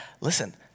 Listen